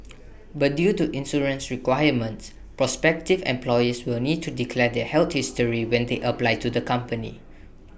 but due to insurance requirements prospective employees will need to declare their health history when they apply to the company